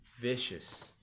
vicious